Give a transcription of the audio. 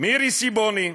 מירי סיבוני.